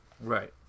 Right